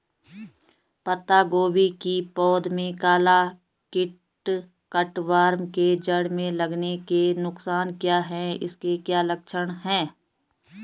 पत्ता गोभी की पौध में काला कीट कट वार्म के जड़ में लगने के नुकसान क्या हैं इसके क्या लक्षण हैं?